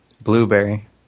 Blueberry